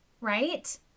Right